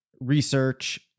research